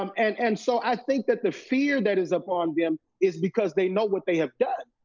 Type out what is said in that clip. um and and so i think that the fear that is upon them is because they know what they have done.